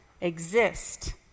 exist